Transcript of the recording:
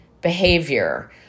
behavior